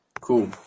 Cool